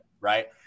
Right